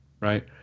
Right